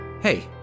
Hey